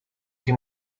que